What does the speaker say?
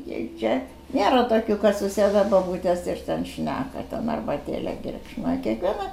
jei čia nėra tokių kad susėda bobutės ir ten šneka ten arbatėlę geria žinai kiekvieną